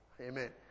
Amen